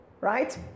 right